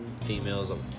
females